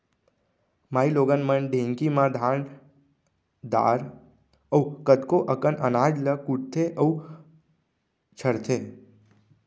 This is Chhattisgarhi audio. माइलोगन मन ढेंकी म धान दार अउ कतको अकन अनाज ल कुटथें अउ छरथें